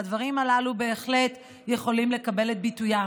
והדברים הללו בהחלט יכולים לקבל את ביטוים.